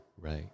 right